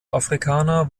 afrikaner